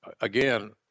again